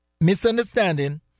misunderstanding